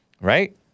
Right